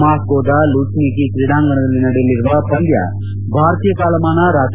ಮಾಸೋದ Luzhniki ಕ್ರೀಡಾಂಗಣದಲ್ಲಿ ನಡೆಯಲಿರುವ ಪಂದ್ಯ ಭಾರತೀಯ ಕಾಲಮಾನ ರಾತ್ರಿ